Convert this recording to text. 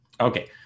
okay